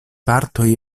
partoj